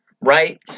right